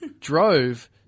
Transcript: drove